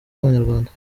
nk’abanyarwanda